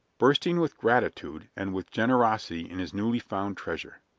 bursting with gratitude and with generosity in his newly found treasure.